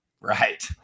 Right